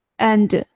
and